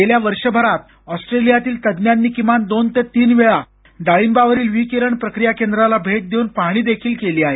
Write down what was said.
गेल्या वर्षभरात ऑस्ट्रेलियातील तज्ज्ञांनी किमान दोन ते तीन वेळा डाळिंबावरील विकिरण प्रक्रिया केंद्राला भेट देऊन पाहणी देखील केली आहे